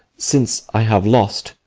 since i have lost,